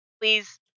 please